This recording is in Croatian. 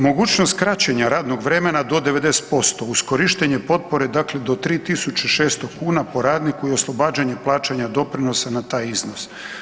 Mogućnost kraćenja radnog vremena do 90% uz korištenje potpore dakle do 3.600 kuna po radniku i oslobađanje plaćanja doprinosa na taj iznos.